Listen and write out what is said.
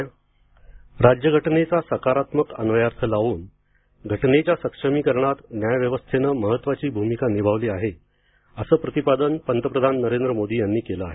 पंतप्रधान राज्यघटनेचा सकारात्मक अन्वयार्थ लावून घटनेच्या सक्षमीकरणात न्यायव्यवस्थेने महत्त्वाची भूमिका निभावली आहे असे प्रतिपादन पंतप्रधान नरेंद्र मोदी यांनी केलं आहे